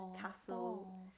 castle